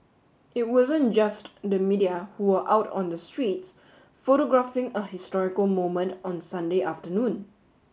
it wasn't just the media who were out on the streets photographing a historical moment on Sunday afternoon